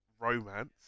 romance